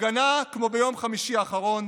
הפגנה כמו ביום חמישי האחרון